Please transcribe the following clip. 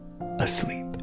asleep